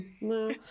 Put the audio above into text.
No